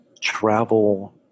travel